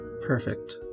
Perfect